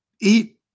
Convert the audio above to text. eat